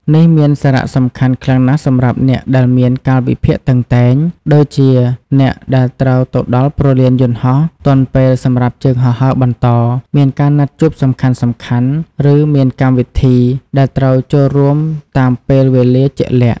នេះមានសារៈសំខាន់ខ្លាំងណាស់សម្រាប់អ្នកដែលមាន កាលវិភាគតឹងតែង ដូចជាអ្នកដែលត្រូវទៅដល់ព្រលានយន្តហោះទាន់ពេលសម្រាប់ជើងហោះហើរបន្ត មានណាត់ជួបសំខាន់ៗ ឬមានកម្មវិធីដែលត្រូវចូលរួមតាមពេលវេលាជាក់លាក់។